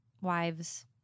wives